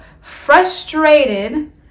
frustrated